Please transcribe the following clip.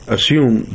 assume